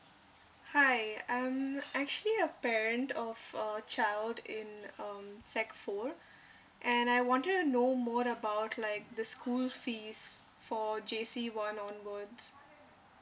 hi I'm actually a parent of a child in um sec fold and I wanted to know more about like the school fees for J_C one onwards